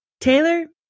Taylor